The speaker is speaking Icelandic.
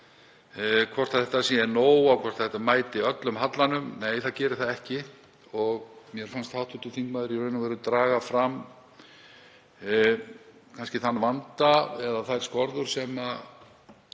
Hvort þetta sé nóg eða hvort þetta mæti öllum hallanum — nei, það gerir það ekki og mér fannst hv. þingmaður í raun og veru draga fram þann vanda eða þær skorður sem